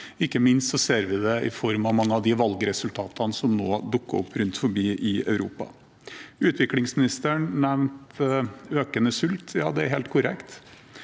Ikke minst ser vi det i form av mange av de valgresultatene som nå dukker opp rundt om i Europa. Utviklingsministeren nevnte økende sult. Det er helt korrekt.